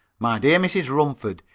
my dear mrs. rumford,